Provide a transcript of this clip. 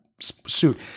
suit